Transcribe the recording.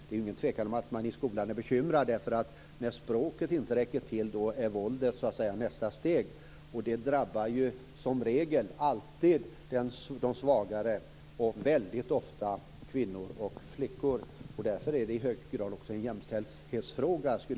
Det är ingen tvekan om att man i skolan är bekymrad, därför att när språket inte räcker till är våldet nästa steg. Det drabbar som regel alltid de svagare och väldigt ofta kvinnor och flickor. Därför är det i hög grad också en jämställdhetsfråga.